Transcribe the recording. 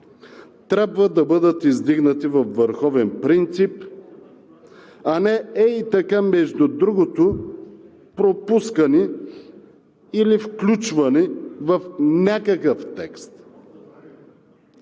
трябва да бъдат издигнати във върховен принцип, а не ей така, между другото, пропускани или включвани в някакъв текст.